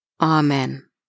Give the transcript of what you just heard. Amen